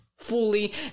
fully